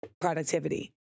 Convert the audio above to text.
productivity